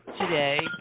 today